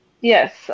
Yes